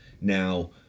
Now